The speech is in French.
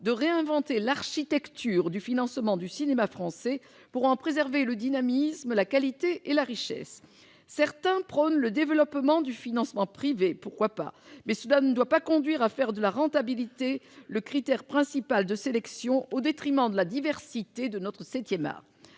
de réinventer l'architecture du financement du cinéma français pour en préserver le dynamisme, la qualité et la richesse. Certains prônent le développement du financement privé : pourquoi pas, mais cela ne doit pas conduire à faire de la rentabilité le critère principal de sélection, au détriment de la diversité de notre septième